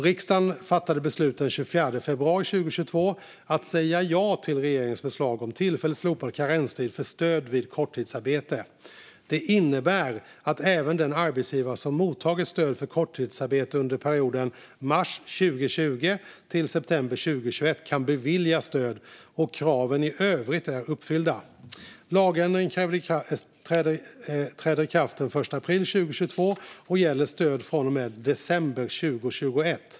Riksdagen beslutade den 24 februari 2022 att säga ja till regeringens förslag om tillfälligt slopad karenstid för stöd vid korttidsarbete. Det innebär att även den arbetsgivare som mottagit stöd för korttidsarbete under perioden mars 2020 till september 2021 kan beviljas stöd om kraven i övrigt är uppfyllda. Lagändringen träder i kraft den 1 april 2022 och gäller stöd från och med december 2021.